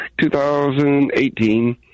2018